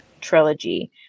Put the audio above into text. trilogy